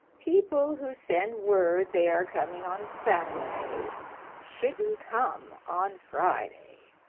people who send word they are coming on saturday shouldn't come on friday,